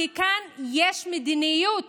כי כאן יש מדיניות